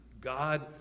god